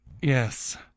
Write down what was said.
Yes